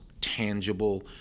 tangible